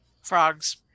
Frogs